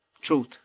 truth